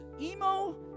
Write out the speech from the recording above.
emo